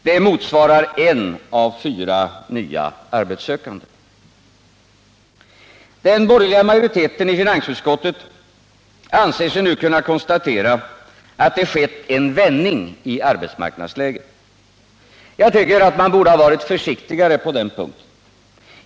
Det motsvarar en av fyra nya arbetssökande. Den borgerliga majoriteten i finansutskottet anser sig nu kunna konstatera att det skett en vändning i arbetsmarknadsläget. Jag tycker att man borde ha varit försiktigare på den punkten.